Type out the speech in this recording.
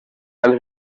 els